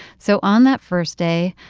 so on that first day,